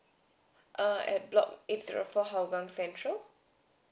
err at block eight zero four hougang central